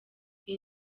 iyi